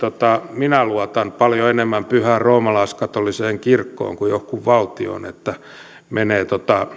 minä luotan paljon enemmän pyhään roomalaiskatoliseen kirkkoon kuin johonkin valtioon että menee